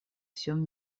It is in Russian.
всем